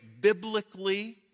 biblically